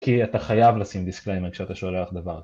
כי אתה חייב לשים דיסקריימר כשאתה שולח דבר